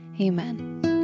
amen